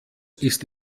ist